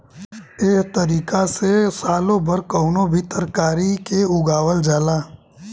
एह तारिका से सालो भर कवनो भी तरकारी के उगावल जाला